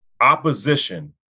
opposition